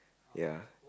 ya